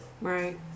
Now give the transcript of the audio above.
Right